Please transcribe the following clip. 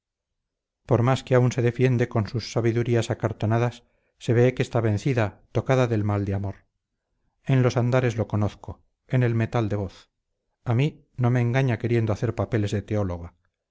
por más que aún se defiende con sus sabidurías acartonadas se ve que está vencida tocada del mal de amor en los andares lo conozco en el metal de voz a mí no me engaña queriendo hacer papeles de teóloga